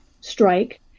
strike